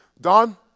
Don